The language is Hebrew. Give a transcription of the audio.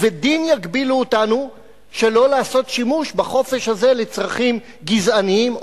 ובדין יגבילו אותנו שלא לעשות שימוש בחופש הזה לצרכים גזעניים,